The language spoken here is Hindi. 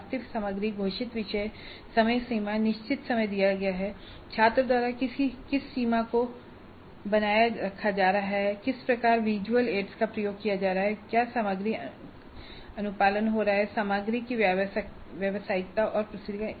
वास्तविक सामग्री घोषित विषय समय सीमा निश्चित समय दिया गया है छात्र द्वारा किस समय सीमा को बनाए रखा जा रहा है किस प्रकार के विजुअल एड्स का उपयोग किया जा रहा है क्या सामग्री अनुपालन हो रहा है और सामग्री की व्यावसायिकता और प्रस्तुतीकरण